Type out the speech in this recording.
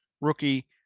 rookie